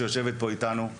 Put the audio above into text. שיושבת פה איתנו.